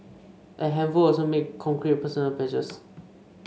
a handful also made concrete personal pledges